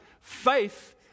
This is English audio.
faith